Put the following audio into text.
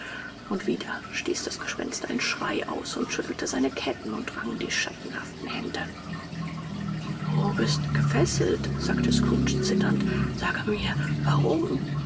und wieder stieß das gespenst einen schrei aus und schüttelte seine ketten und rang die schattenhaften hände du bist gefesselt sagte scrooge zitternd sage mir warum